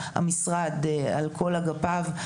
המשרד על כל אגפיו.